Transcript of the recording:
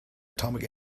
atomic